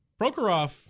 Prokhorov